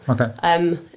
Okay